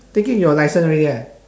taking your licence already ah